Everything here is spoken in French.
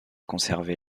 conservé